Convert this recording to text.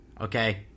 okay